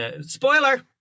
Spoiler